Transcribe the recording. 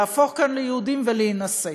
להפוך כאן ליהודים ולהינשא.